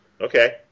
Okay